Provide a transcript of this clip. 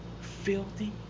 filthy